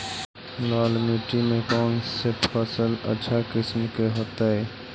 लाल मिट्टी में कौन से फसल अच्छा किस्म के होतै?